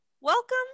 welcome